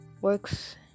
Works